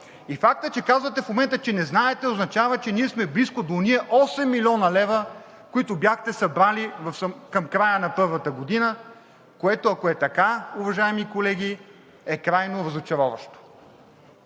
И фактът, че в момента казвате, че не знаете, означава, че ние сме близко до ония 8 млн. лв., които бяхте събрали към края на първата година, което, ако е така, уважаеми колеги, е крайно разочароващо.